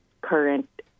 current